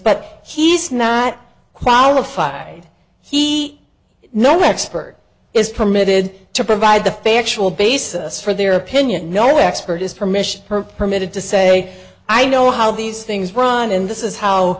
but he's not qualified he no expert is permitted to provide the factual basis for their opinion no expert is permission or permitted to say i know how these things run and this is how